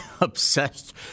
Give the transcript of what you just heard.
obsessed